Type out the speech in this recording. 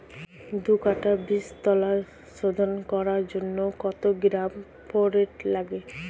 দু কাটা বীজতলা শোধন করার জন্য কত গ্রাম ফোরেট লাগে?